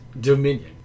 dominion